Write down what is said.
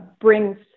brings